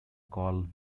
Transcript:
call